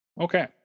okay